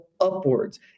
upwards